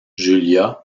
julia